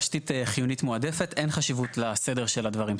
תשתיות חיונית מועדפת אין חשיבות לסדר של הדברים,